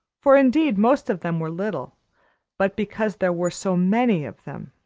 for indeed most of them were little but because there were so many of them.